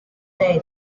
made